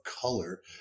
color